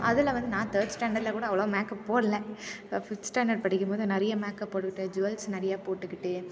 அதில் வந்து நான் தேர்ட் ஸ்டாண்டர்ட்ல கூட அவ்வளோவா மேக்கப் போடலை ஃபிஃப்த் ஸ்டாண்டர்ட் படிக்கும்போது நிறைய மேக்கப் போட்டுக்கிட்டு ஜுவல்ஸ் நிறையா போட்டுக்கிட்டு